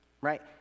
Right